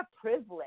privilege